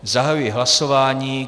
Zahajuji hlasování.